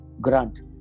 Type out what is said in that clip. Grant